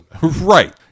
Right